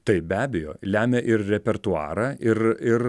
taip be abejo lemia ir repertuarą ir ir